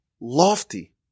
lofty